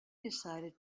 decided